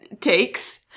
takes